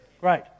Great